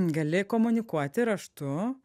gali komunikuoti raštu